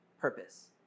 purpose